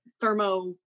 thermo